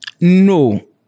no